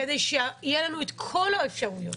כדי שיהיו לנו את כל האפשרויות.